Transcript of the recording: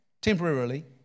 temporarily